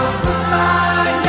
goodbye